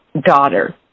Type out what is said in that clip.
daughter